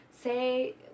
Say